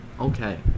Okay